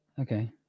Okay